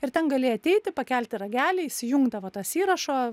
ir ten galėjai ateiti pakelti ragelį įsijungdavo tas įrašo